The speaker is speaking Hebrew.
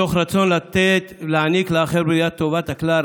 מתוך רצון לתת ולהעניק לאחר בראיית טובת הכלל,